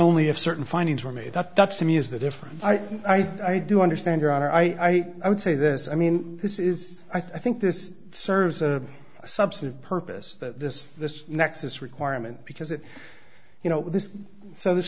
only if certain findings were made that that's to me is the difference i do understand your honor i would say this i mean this is i think this serves a substantive purpose that this this nexus requirement because it you know this so